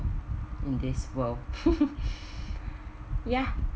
in this world